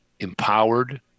empowered